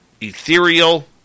Ethereal